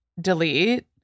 Delete